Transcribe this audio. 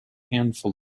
handful